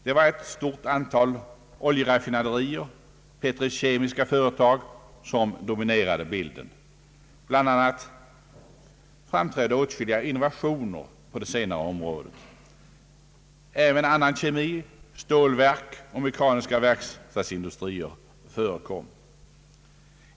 Det var ett stort antal oljeraffinaderier och petrokemiska fö retag som dominerade bilden. BI. a. framträdde åtskilliga innovationer på det senare området. Även annan kemisk industri, stålverk och mekaniska verkstadsindustrier förekom.